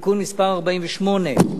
(תיקון מס' 51),